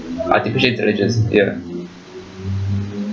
artificial intelligence ya